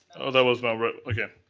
oh, that was mel, but okay.